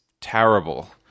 terrible